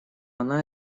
она